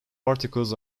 articles